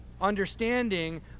understanding